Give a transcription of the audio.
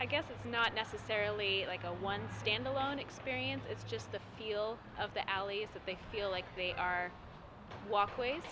i guess it's not necessarily like a one standalone experience it's just the feel of the alleys that they feel like they are walkways